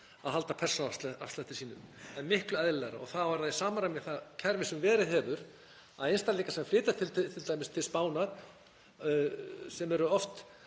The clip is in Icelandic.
að halda persónuafslætti sínum. Það er miklu eðlilegra og þá er það í samræmi við það kerfi sem verið hefur, að einstaklingar sem flytja t.d. til Spánar, sem er oft